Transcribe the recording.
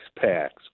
packs